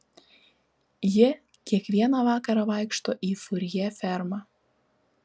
ji kiekvieną vakarą vaikšto į furjė fermą